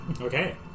Okay